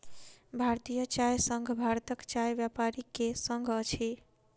भारतीय चाय संघ भारतक चाय व्यापारी के संग अछि